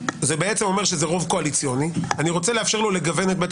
זה רוב קואליציוני שאני רוצה לאפשר לו לגוון את בית